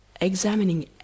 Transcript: examining